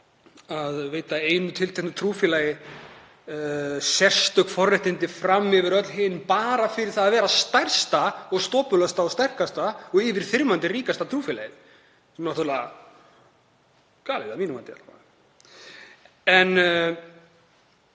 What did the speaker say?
að veita einu tilteknu trúfélagi sérstök forréttindi fram yfir öll hin, bara fyrir það að vera stærsta, stabílasta, sterkasta og yfirþyrmandi ríkasta trúfélagið. Það er náttúrlega galið að mínu mati. Meira